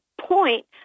point